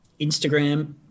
Instagram